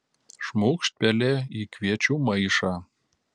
šmūkšt pelė į kviečių maišą